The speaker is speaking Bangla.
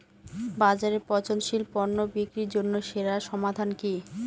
বাজারে পচনশীল পণ্য বিক্রির জন্য সেরা সমাধান কি?